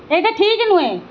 ଏଇଟା ଠିକ୍ ନୁହେଁ